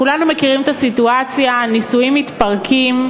כולנו מכירים את הסיטואציה: הנישואים מתפרקים,